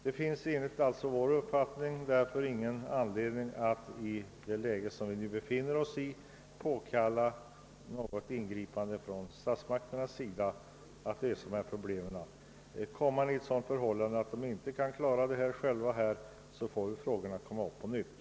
Det finns därför enligt vår uppfattning ingen anledning att i nuvarande läge påkalla något ingripande från statsmakternas sida för att lösa dessa problem. Om vi hamnar i en situation där parterna själva inte kan klara av sina problem får denna fråga tas upp till ny behandling.